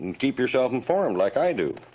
and keep yourself informed, like i do.